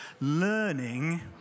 learning